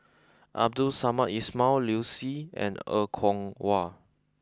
Abdul Samad Ismail Liu Si and Er Kwong Wah